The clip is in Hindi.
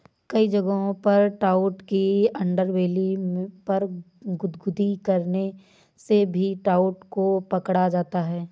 कई जगहों पर ट्राउट के अंडरबेली पर गुदगुदी करने से भी ट्राउट को पकड़ा जाता है